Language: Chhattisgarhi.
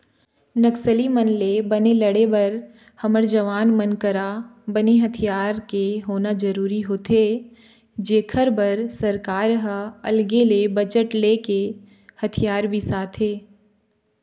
नक्सली मन ले बने लड़े बर हमर जवान मन करा बने हथियार के होना जरुरी होथे जेखर बर सरकार ह अलगे ले बजट लेके हथियार बिसाथे